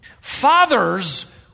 Fathers